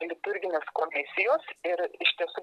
liturginės komisijos ir iš tiesų